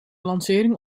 lancering